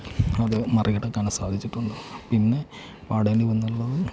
അത് മറികടക്കാൻ സാധിച്ചിട്ടുണ്ട് പിന്നെ പാടേണ്ടി വന്നിട്ടുള്ളത്